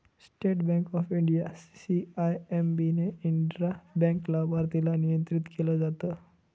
state Bank of India, CIMB ने intra bank लाभार्थीला नियंत्रित केलं जात